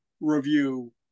review